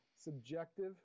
subjective